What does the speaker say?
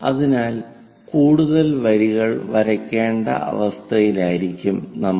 അതിനാൽ കൂടുതൽ വരികൾ വരയ്ക്കേണ്ട അവസ്ഥയിലായിരിക്കും നമ്മൾ